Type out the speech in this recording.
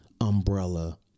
umbrella